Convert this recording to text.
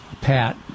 Pat